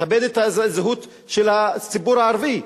לכבד את הזהות של הציבור הערבי.